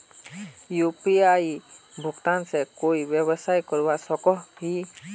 UPI भुगतान से कोई व्यवसाय करवा सकोहो ही?